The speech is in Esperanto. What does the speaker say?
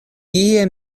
kie